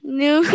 new